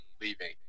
leaving